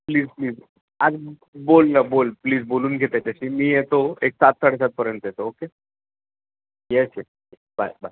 please please आज बोल ना बोल प्लीज बोलून घेते त्याच्याशी मी येतो एक सात साडेसातपर्यंत येतो okay yes yes bye bye